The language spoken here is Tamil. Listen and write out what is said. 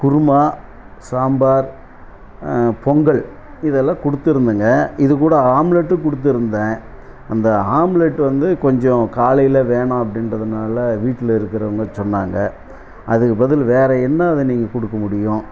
குருமா சாம்பார் பொங்கல் இதெல்லாம் கொடுத்துருந்தேங்க இதுக்கூட ஆம்லேட்டும் கொடுத்துருந்தேன் அந்த ஆம்லேட் வந்து கொஞ்சம் காலையில் வேணாம் அப்படின்றதனால வீட்டில் இருக்கிறவங்க சொன்னாங்க அதுக்கு பதில் வேறு என்ன அதை நீங்கள் கொடுக்க முடியும்